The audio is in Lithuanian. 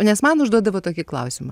nes man užduodavo tokį klausimą